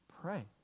pray